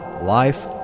life